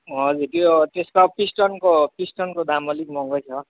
हजुर त्यो त्यसको अब पिस्टनको पिस्टनको दाम अलिक महँगै छ